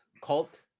cult